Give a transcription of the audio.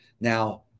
Now